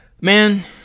man